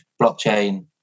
blockchain